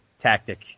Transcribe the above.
tactic